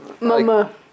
Mama